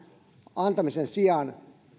antamisen sijaan